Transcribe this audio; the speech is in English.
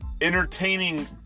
Entertaining